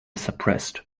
suppressed